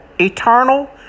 eternal